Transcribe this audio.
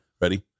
Ready